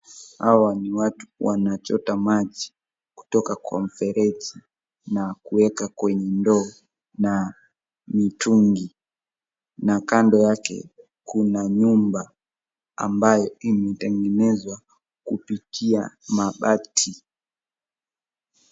Hawa ni watu wanachota maji kutoka kwa mfereji na kuweka kwenye ndoo na mitungi. Na kando yake, kuna nyumba ambayo imetengenezwa kupitia mabati.